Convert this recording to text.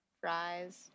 Fries